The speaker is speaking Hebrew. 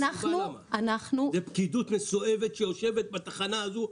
זה פקידות מסואבת שיושבת בתחנה הזו,